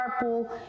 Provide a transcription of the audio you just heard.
carpool